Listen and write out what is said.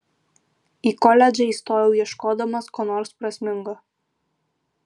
į koledžą įstojau ieškodamas ko nors prasmingo